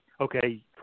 okay